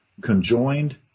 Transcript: conjoined